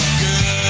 girl